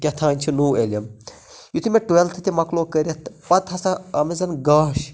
کہتھان چھُ نوٚو علِم یُتھٕے مےٚ ٹُوٮ۪لتھٕ تہِ مکلو کٔرِتھ پتہٕ ہسا او مےٚ زن گاش